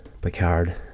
Picard